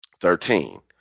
Thirteen